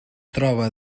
troba